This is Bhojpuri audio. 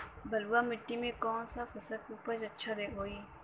बलुआ मिट्टी में कौन सा फसल के उपज अच्छा होखी?